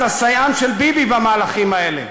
אתה סייען של ביבי במהלכים האלה.